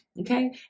Okay